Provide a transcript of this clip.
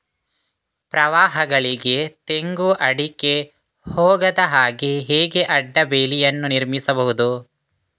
ಪ್ರವಾಹಗಳಿಗೆ ತೆಂಗು, ಅಡಿಕೆ ಹೋಗದ ಹಾಗೆ ಹೇಗೆ ಅಡ್ಡ ಬೇಲಿಯನ್ನು ನಿರ್ಮಿಸಬಹುದು?